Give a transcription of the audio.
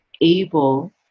able